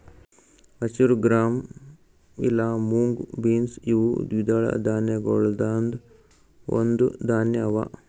ಹಸಿರು ಗ್ರಾಂ ಇಲಾ mung beans ಇವು ದ್ವಿದಳ ಧಾನ್ಯಗೊಳ್ದಾಂದ್ ಒಂದು ಧಾನ್ಯ ಅವಾ